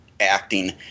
acting